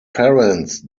parents